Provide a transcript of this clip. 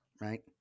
right